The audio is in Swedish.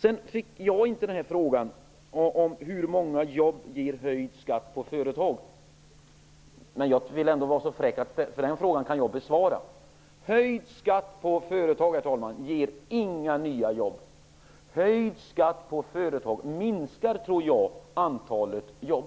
Sedan fick inte jag frågan om hur många jobb det ger med höjd skatt på företag, men jag vill ändå vara så fräck att jag svarar på frågan, för den kan jag besvara. Höjd skatt på företag, herr talman, ger inga nya jobb. Höjd skatt på företag minskar antalet jobb,